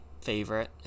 favorite